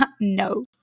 no